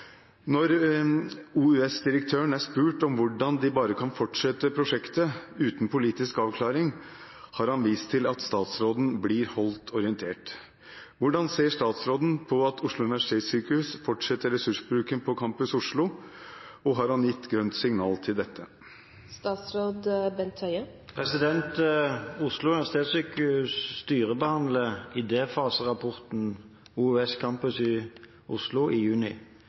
Når OUS-direktøren er spurt om hvordan de bare kan fortsette prosjektet uten politisk avklaring, har han vist til at statsråden blir holdt orientert. Hvordan ser statsråden på at OUS fortsetter ressursbruken på Campus Oslo, og har han gitt grønt lys for dette?» Oslo universitetssykehus styrebehandlet rapporten Idéfase OUS – Campus Oslo i juni. Etter dette har de gjennomført en ekstern kvalitetssikring av rapporten,